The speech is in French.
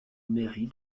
mairie